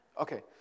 Okay